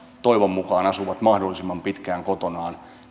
toivon mukaan asuvat mahdollisimman pitkään kotonaan